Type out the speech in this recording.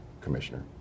Commissioner